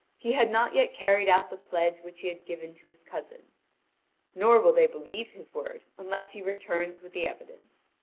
he had not yet carried out the pledge which he had given to his cousin nor will they believe his word unless he returns with the evidence.